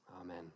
amen